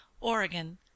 oregon